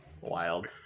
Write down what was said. Wild